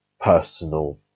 personal